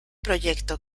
proyecto